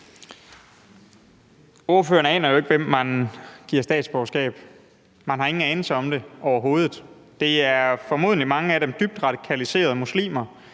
Ordføreren aner jo ikke, hvem man giver statsborgerskab; man har ingen anelse om det overhovedet. Mange af dem er formodentlig dybt radikaliserede muslimer,